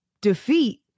defeat